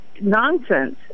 nonsense